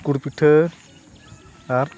ᱜᱩᱲ ᱯᱤᱴᱷᱟᱹ ᱟᱨ